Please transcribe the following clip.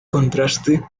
contraste